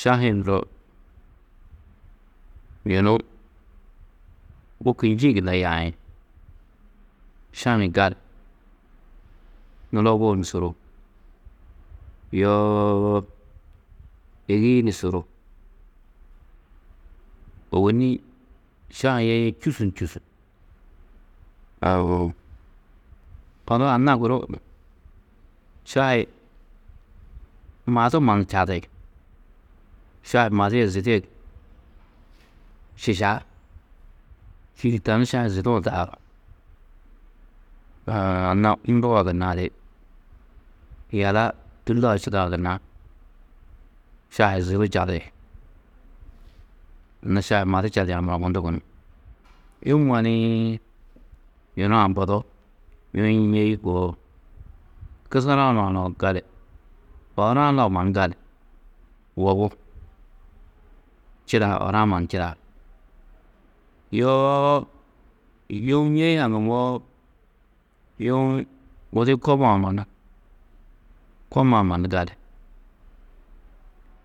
Šahi-ĩ muro yunu wôku njîĩ gunna yaĩ, šahi-ĩ gali, nulobuu ni suru, yoo êgii ni suru, ôwonni šahi-ĩ yaîe čûsu ni čûsu odu anna guru šahi madu mannu čadi, šahi madu yê zidu šiša, čîidi tani šahi zidu-ã daaru. Aa, anna mundu-ã gunna adi yala Tû lau čîkã gunna šahi zidu čadi. Anna šahi madu čadiã mura mundu gunú. Yumma nii, yunu ambado, yuũ ñêi koo, kusaru-ã lau gali, oor-ã lau mannu gali, wobu, čidau, oor-ã mannu čidaa. Yoo yuũ ñêi haŋumoó, yuũ gudi kob-ã mannu, kommaa mannu gali,